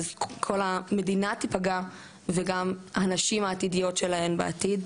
אז כל המדינה תיפגע וגם הנשים העתידיות שלהם בעתיד.